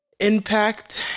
Impact